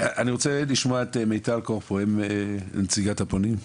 אני רוצה לשמוע את מיטל קורפרו, נציגת הפונים.